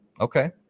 Okay